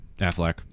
Affleck